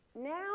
Now